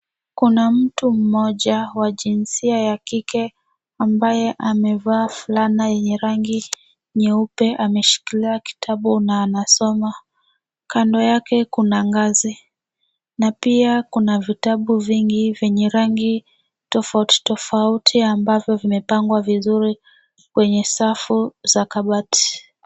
Kuna mtu mmoja, wa jinsia ya kike, ambaye amevaa fulani ya rangi nyeupe, ameshikilia kitabu, na anasoma. Kando yake, kuna ngazi, na pia, kuna vitabu vingi, venye rangi tofauti tofauti, ambavyo vimepangwa vizuri kwenye safu, za kabati.